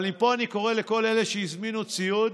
אבל מפה אני קורא לכל אלה שהזמינו ציוד: